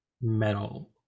metal